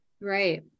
Right